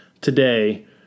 today